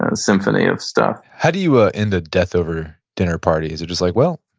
ah symphony of stuff how do you ah end a death over dinner party? is it just like, well,